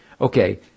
okay